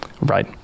Right